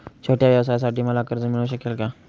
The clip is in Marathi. छोट्या व्यवसायासाठी मला कर्ज मिळू शकेल का?